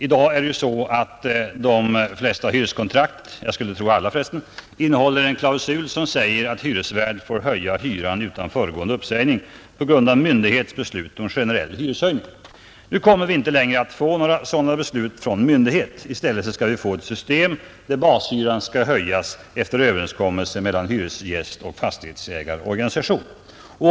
I dag är det så att de flesta hyreskontrakten — jag skulle tro alla för resten — innehåller en klausul som säger att hyresvärd får höja hyra utan föregående uppsägning, på grund av myndighets beslut om generell hyreshöjning. Nu kommer vi inte längre att få några sådana beslut från myndighet. I stället får vi ett system där bashyran skall höjas efter överenskommelser mellan hyresgästoch fastighetsägarorganisationer.